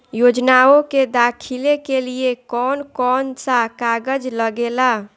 योजनाओ के दाखिले के लिए कौउन कौउन सा कागज लगेला?